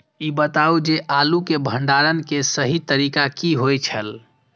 ई बताऊ जे आलू के भंडारण के सही तरीका की होय छल?